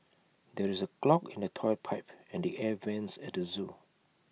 there is A clog in the Toilet Pipe and the air Vents at the Zoo